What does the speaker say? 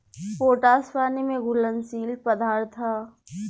potash पानी में घुलनशील पदार्थ ह